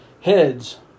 heads